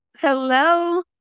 Hello